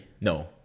No